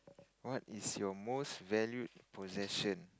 what is your most valued possession